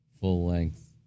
full-length